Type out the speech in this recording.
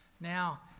Now